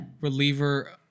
reliever